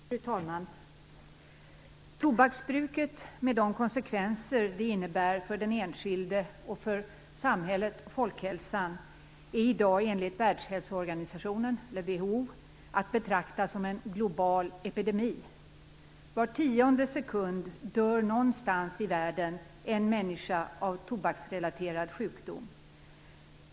Fru talman! Tobaksbruket med de konsekvenser som det har för den enskilde och för samhället och folkhälsan är i dag enligt Världshälsoorganisationen, WHO, att betrakta som en global epidemi. Var tionde sekund dör någonstans i världen en människa av tobaksrelaterad sjukdom.